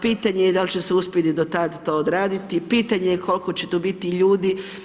Pitanje je da li će uspjeti do tad to odraditi, pitanje je koliko će to biti ljudi.